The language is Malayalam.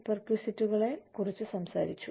പെർക്വിസിറ്റുകളെ കുറിച്ച് സംസാരിച്ചു